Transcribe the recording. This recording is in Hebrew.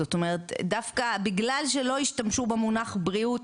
זאת אומרת דווקא בגלל שלא השתמשו במונח בריאות,